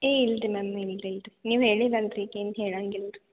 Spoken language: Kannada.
ಏಯ್ ಇಲ್ಲ ರೀ ಮ್ಯಾಮ್ ಇಲ್ಲ ರೀ ಇಲ್ಲ ರೀ ನೀವು ಹೇಳಿದಲ್ಲ ರೀ ಈಗೇನು ಹೇಳಂಗಿಲ್ಲ ರೀ